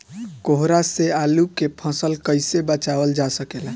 कोहरा से आलू के फसल कईसे बचावल जा सकेला?